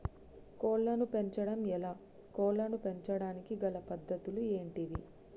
కోళ్లను పెంచడం ఎలా, కోళ్లను పెంచడానికి గల పద్ధతులు ఏంటివి?